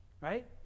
right